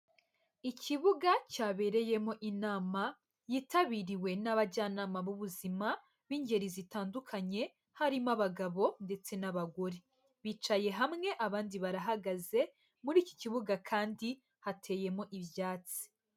Ikibuga cyabereyemo inama yitabiriwe n'abajyanama b'ubuzima b'ingeri zitandukanye harimo abagabo ndetse n'abagore, bicaye hamwe abandi barahagaze, muri iki kibuga kandi hateyemo ibyatsi.